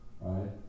Right